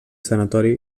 sanatori